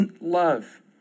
love